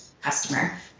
customer